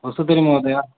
अस्तु तर्हि महोदये